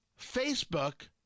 Facebook